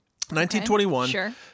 1921